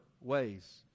ways